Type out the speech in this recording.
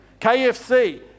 KFC